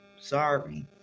Sorry